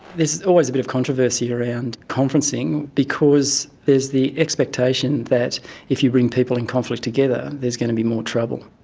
there's always a bit of controversy around conferencing because there's the expectation that if you bring people in conflict together, there's going to be more trouble.